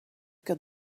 got